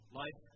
life